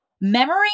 memory